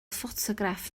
ffotograff